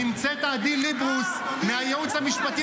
-- ונמצאת עדי ליברוס מהייעוץ המשפטי